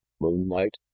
Moonlight